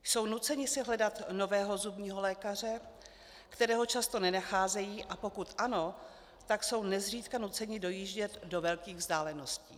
Jsou nuceni si hledat nového zubního lékaře, kterého často nenacházejí, a pokud ano, tak jsou nezřídka nuceni dojíždět do velkých vzdáleností.